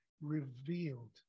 revealed